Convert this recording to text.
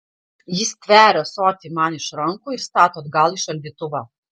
ji stveria ąsotį man iš rankų ir stato atgal į šaldytuvą